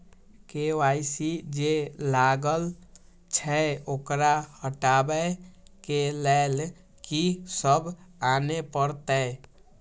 KYC जे लागल छै ओकरा हटाबै के लैल की सब आने परतै?